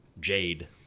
Jade